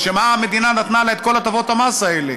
לשם מה המדינה נתנה לה את כל הטבות המס האלה?